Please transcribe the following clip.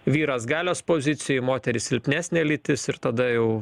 vyras galios pozicijoj moteris silpnesnė lytis ir tada jau